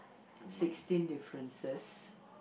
sixteen differences